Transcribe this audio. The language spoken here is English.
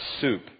soup